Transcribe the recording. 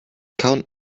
count